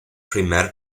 primer